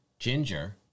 Ginger